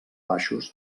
baixos